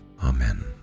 Amen